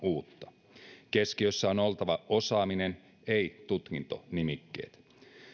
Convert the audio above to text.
uutta keskiössä on oltava osaaminen ei tutkintonimikkeet